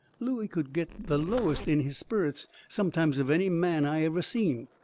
looey could get the lowest in his sperrits sometimes of any man i ever seen.